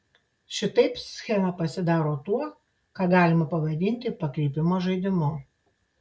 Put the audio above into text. šitaip schema pasidaro tuo ką galima pavadinti pakreipimo žaidimu